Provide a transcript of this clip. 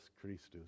Christus